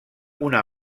una